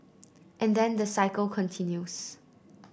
and then the cycle continues